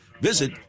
Visit